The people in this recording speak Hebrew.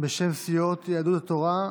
בשם סיעות יהדות התורה והשבת,